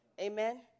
Amen